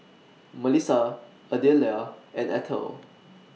Melissa Adelia and Ethel